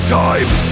time